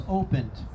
opened